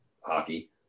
hockey